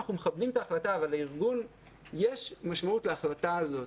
אנחנו מכבדים את ההחלטה אבל יש משמעות להחלטה הזאת.